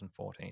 2014